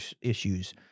issues